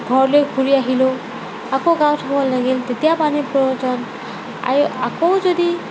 ঘৰলৈ ঘূৰি আহিলেও আকৌ গা ধুব লাগিল তেতিয়াও পানীৰ প্ৰয়োজন এই আকৌ যদি